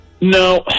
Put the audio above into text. No